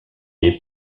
est